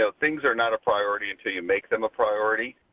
so things are not a priority until you make them a priority,